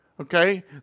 Okay